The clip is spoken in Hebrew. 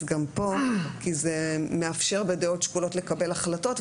גם פה כי זה מאפשר בדעות שקולות לקבל החלטות,